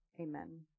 Amen